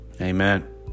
Amen